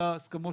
אלה ההסכמות